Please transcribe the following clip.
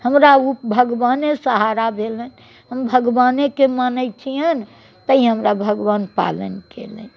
हमरा ओ भगवाने सहारा भेलनि हम भगवानेके माने छियनि तैँ हमरा भगवान पालैन केलैन